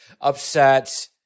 upset